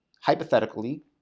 hypothetically